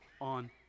on